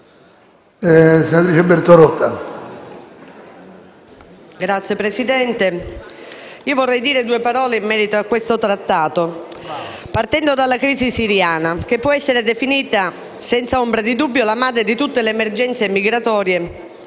Signor Presidente, voglio dire due parole in merito all'Accordo in esame, partendo dalla crisi siriana, che può essere definita, senza ombra di dubbio, la madre di tutte le emergenze migratorie